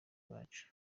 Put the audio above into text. bacu